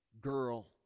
girl